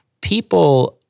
people